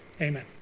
amen